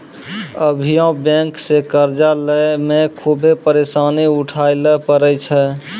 अभियो बेंक से कर्जा लेय मे खुभे परेसानी उठाय ले परै छै